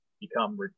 become